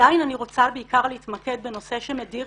ועדיין אני רוצה בעיקר להתמקד בנושא שמדיר